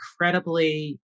incredibly